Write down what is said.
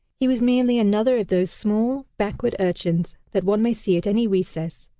he was merely another of those small, backward urchins that one may see at any recess,